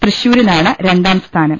തൃശൂരിനാണ് രണ്ടാം സ്ഥാനം